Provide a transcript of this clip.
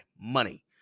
Money